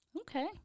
Okay